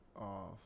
off